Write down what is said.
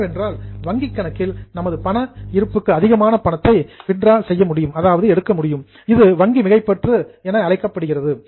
என்னவென்றால் வங்கிக் கணக்கில் நமது பண இருப்புக்கு அதிகமாக பணத்தை வித்டிரா எடுக்க முடியும் இது வங்கி மிகைப்பற்று என அழைக்கப்படுகிறது